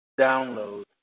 Download